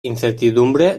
incertidumbre